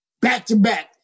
back-to-back